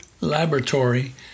laboratory